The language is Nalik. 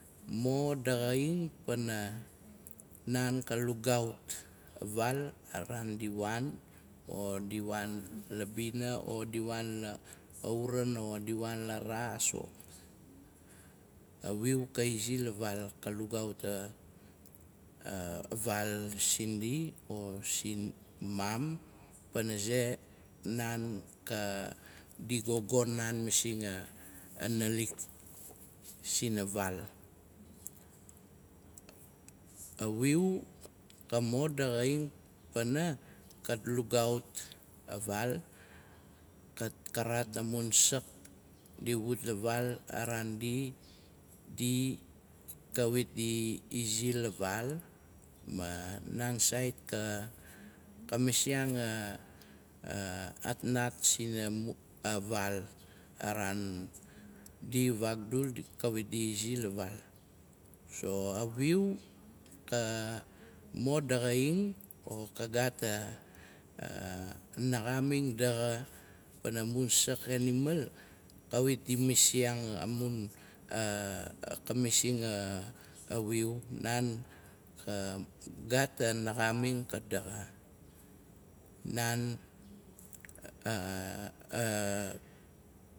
Mo daxaing pana naan ka lugaut a vaal, a raan di naan, o di waan la bina, o di waan lauran, o di waan la raas o. A wiu ka izi la vaal ka lugaut a- a vaal sindi o simam, pana ze, naan di gogon naan masing a nalik sina vaal. A wiu ka mo daxaaina, pana, kat. lugaut a vaal. la vaal, kat karat amun sak di wut la vaal a raan di kawit di zi la vaal. Ma naan sait ka masianga a atnat sina, a vaal a naandi vakdul, kawit di zi la vaal so a wiu, ka mo daxaing or ka gat a naxaamina daxa pana mun sak enimal, kawit di masing a mun wiu naan ka gat a naxaming ka daxa. Naan. a- a